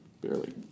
Barely